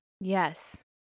Yes